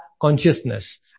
consciousness